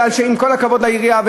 ועם כל הכבוד לעירייה,